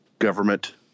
government